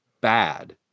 bad